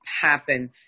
happen